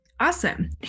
Awesome